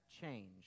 change